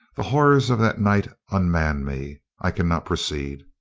the horrors of that night unman me. i cannot proceed.